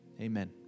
amen